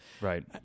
right